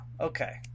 okay